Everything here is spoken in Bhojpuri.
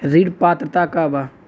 ऋण पात्रता का बा?